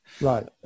Right